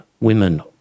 women